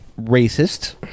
racist